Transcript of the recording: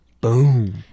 Boom